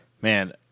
man